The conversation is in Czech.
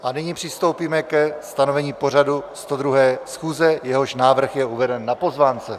A nyní přistoupíme ke stanovení pořadu 102. schůze, jehož návrh je uveden na pozvánce.